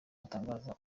yatangaza